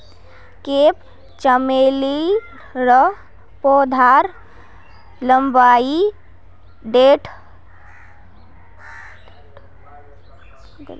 crepe चमेलीर पौधार लम्बाई डेढ़ स दी मीटरेर ह छेक